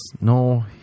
No